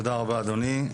תודה רבה אדוני.